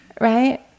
right